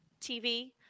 TV